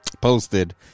posted